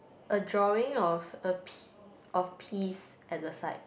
a drawing of a p~ of peas at the side